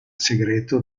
segreto